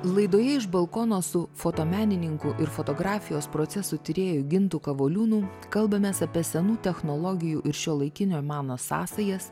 laidoje iš balkono su fotomenininku ir fotografijos procesų tyrėju gintu kavoliūnu kalbamės apie senų technologijų ir šiuolaikinio meno sąsajas